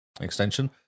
extension